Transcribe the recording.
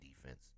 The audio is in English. defense